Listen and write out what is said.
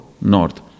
north